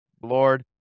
lord